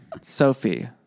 Sophie